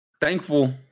thankful